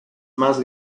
más